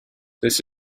this